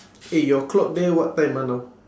eh your clock there what time ah now